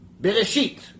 Bereshit